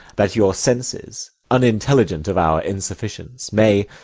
that your senses, unintelligent of our insufficience, may,